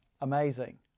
amazing